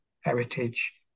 heritage